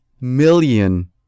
million